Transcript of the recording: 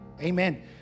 Amen